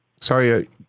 sorry